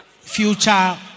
future